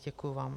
Děkuji vám.